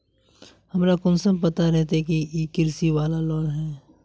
हमरा कुंसम पता रहते की इ कृषि वाला लोन है?